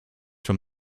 from